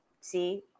see